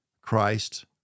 Christ—